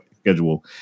schedule